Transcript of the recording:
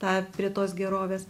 tą prie tos gerovės